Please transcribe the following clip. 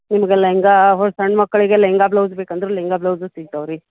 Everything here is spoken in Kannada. ನಿಮಗೆ ಲೆಹೆಂಗ ಹೊ ಸಣ್ಣ ಮಕ್ಕಳಿಗೆ ಲೆಹೆಂಗ ಬ್ಲೌಸ್ ಬೇಕಂದ್ರೆ ಲೆಹೆಂಗ ಬ್ಲೌಸು ಸಿಕ್ತಾವೆ ರೀ